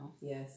Yes